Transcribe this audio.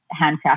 handcrafted